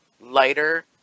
lighter